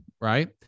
right